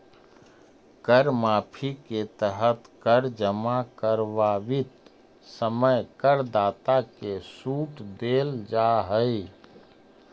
कर माफी के तहत कर जमा करवावित समय करदाता के सूट देल जाऽ हई